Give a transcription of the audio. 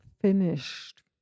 finished